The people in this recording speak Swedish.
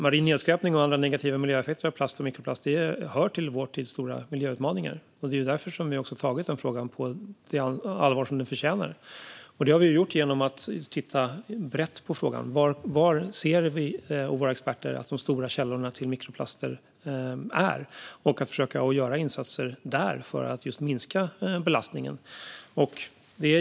Marin nedskräpning och andra negativa miljöeffekter av plast och mikroplast hör till vår tids stora miljöutmaningar, och det är därför vi tar den frågan på det allvar den förtjänar. Det gör vi och våra experter genom att titta brett på frågan var de stora källorna till mikroplaster finns och sedan göra insatser där för att minska belastningen.